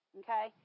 okay